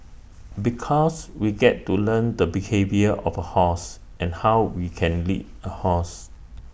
because we get to learn the behaviour of A horse and how we can lead A horse